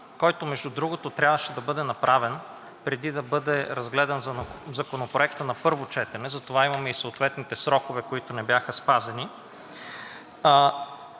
който между другото трябваше да бъде направен, преди да бъде разгледан Законопроектът на първо четене, затова имаме и съответните срокове, които не бяха спазени.